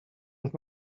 with